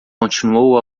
continuou